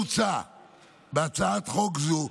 מוצע בהצעת חוק זו,